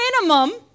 minimum